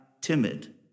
timid